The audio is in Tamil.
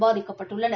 பாதிக்கப்பட்டுள்ளனர்